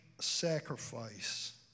sacrifice